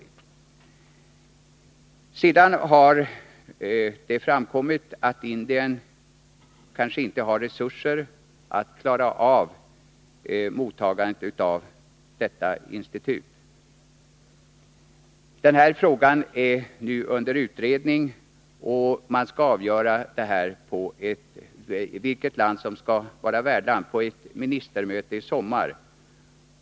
Men sedan har det framkommit att Indien kanske inte har resurser att klara av mottagandet av detta institut. Denna fråga är nu under utredning, och man skall avgöra vilket land som skall vara värdland på ett ministermöte i sommar.